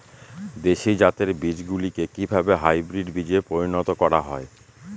দেশি জাতের বীজগুলিকে কিভাবে হাইব্রিড বীজে পরিণত করা হয়?